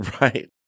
right